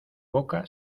boca